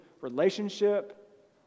relationship